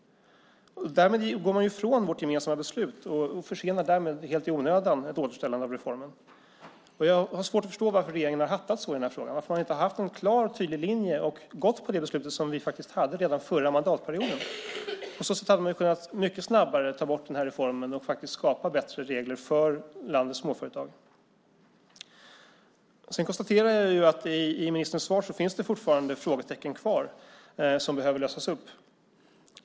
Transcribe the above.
Därmed går man från vårt gemensamma beslut och försenar, helt i onödan, ett återställande av reformen. Jag har svårt att förstå varför regeringen hattat så i den här frågan. Varför har ni inte haft en klar och tydlig linje och följt det beslut som faktiskt fanns redan förra mandatperioden? På sätt hade man mycket snabbare kunnat ta bort reformen och i stället kunnat skapa bättre regler för landets småföretag. Jag kan konstatera att det i ministerns svar fortfarande finns frågetecken som behöver besvaras.